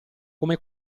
come